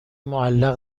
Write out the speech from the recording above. معلق